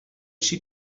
she